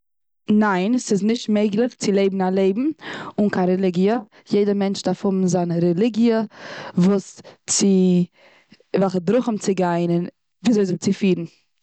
ניין, ס'איז נישט מעגליך צו לעבן א לעבן אן קיין רעליגיע. יעדע מענטש דארף האבן זיין רעליגיע וואס צו, וועלכע דרכים צו גיין, וויאזוי זיך צו פירן.